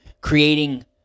creating